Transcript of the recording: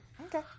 okay